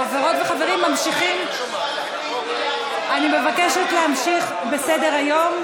חברות וחברים, אני מבקשת להמשיך בסדר-היום.